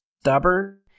stubborn